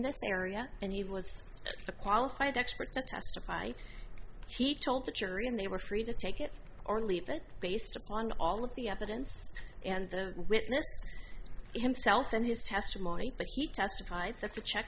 this area and he was a qualified expert to testify he told the jury and they were free to take it or leave it based upon all of the evidence and the witness himself and his testimony but he testified that the check